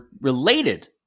related